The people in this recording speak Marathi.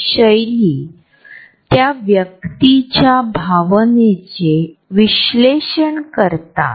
तर हे लोक वापरत असलेल्या वैयक्तिक जागेचे वेगवेगळे प्रकार आहेत